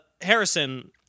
Harrison